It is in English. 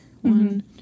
One